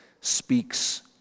speaks